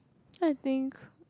I think